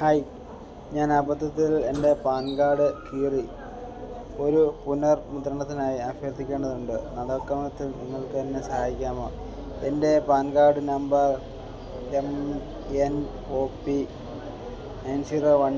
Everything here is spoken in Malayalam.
ഹായ് ഞാൻ അബദ്ധത്തിൽ എൻ്റെ പാൻ കാർഡ് കീറി ഒരു പുനർവിതരണത്തിനായി അഭ്യർത്ഥിക്കേണ്ടതുണ്ട് നടപടിക്രമത്തിൽ നിങ്ങൾക്കെന്നെ സഹായിക്കാമോ എൻ്റെ PAN card number M N O P nine zero one